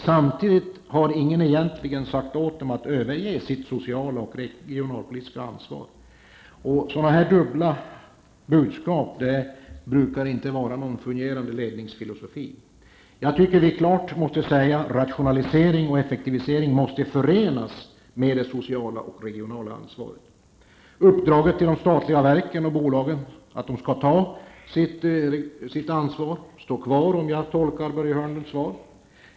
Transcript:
Samtidigt har ingen egentligen sagt åt verken att överge det sociala och regionalpolitiska ansvaret. Sådana dubbla budskap brukar inte utgöra någon fungerande ledningsfilosofi. Jag tycker att det klart skall sägas att rationalisering och effektivisering måste förenas med det sociala och regionala ansvaret. Uppdraget till de statliga verken och bolagen att ta sitt ansvar kvarstår -- såsom jag tolkar Börje Hörnlunds svar.